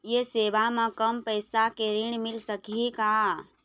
ये सेवा म कम पैसा के ऋण मिल सकही का?